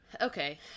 Okay